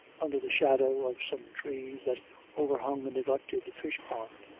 under the shadow of some trees that over-hung a neglected fishpond,